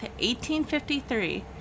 1853